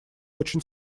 очень